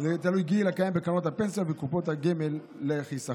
גיל הקיים בקרנות הפנסיה ובקופות הגמל לחיסכון"